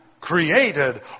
created